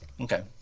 Okay